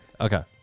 Okay